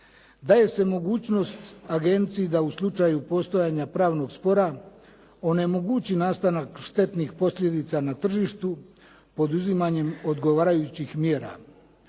Daje se mogućnost agenciji da u slučaju postojanja pravnog spora onemogući nastanak štetnih posljedica na tržištu poduzimanjem odgovarajućih mjera.